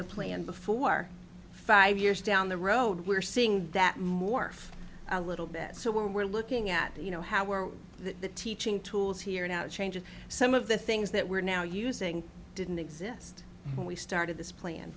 the plan before are five years down the road we're seeing that more a little bit so we're looking at you know how are the teaching tools here and out changing some of the things that we're now using didn't exist when we started this plan